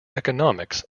economics